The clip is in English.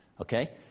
okay